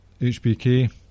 HBK